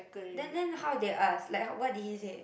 then then how they ask like how what did he say